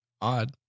odd